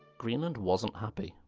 greenland wasn't happy.